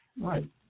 Right